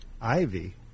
ivy